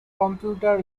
computer